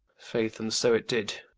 faith, and so it did